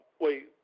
wait